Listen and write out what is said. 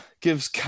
gives